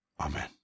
Amen